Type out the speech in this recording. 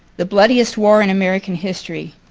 the bloodiest war in american history.